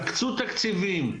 תקצו תקציבים.